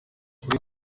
kuri